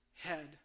head